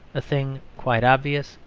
a thing quite obvious,